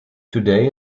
today